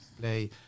play